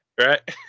right